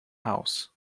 house